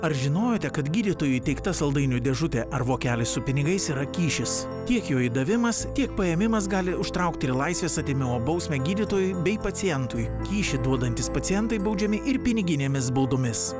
ar žinojote kad gydytojui įteikta saldainių dėžutė ar vokelis su pinigais yra kyšis tiek jo įdavimas tiek paėmimas gali užtraukti ir laisvės atėmimo bausmę gydytojui bei pacientui kyšį duodantys pacientai baudžiami ir piniginėmis baudomis